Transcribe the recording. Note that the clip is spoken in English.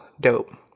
dope